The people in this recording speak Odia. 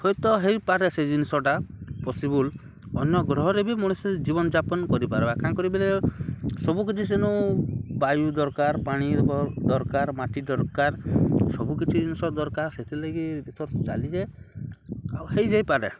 ହୁଏତ ହେଇପାରେ ସେ ଜିନିଷଟା ପସିିବୁଲ୍ ଅନ୍ୟ ଗ୍ରହରେ ବି ମଣିଷ ଜୀବନ୍ଯାପନ୍ କରିପାରବା କାଁ କରି ବେଲେ ସବୁ କିଛି ସେନୁ ବାୟୁ ଦର୍କାର୍ ପାଣି ଦର୍କାର୍ ମାଟି ଦର୍କାର୍ ସବୁ କିଛି ଜିନିଷ୍ ଦର୍କାର୍ ସେଥିଲାଗି ସବୁ ଚାଲିଛେ ଆଉ ହେଇଯାଇପାରେ